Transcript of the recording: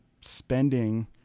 spending